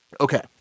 Okay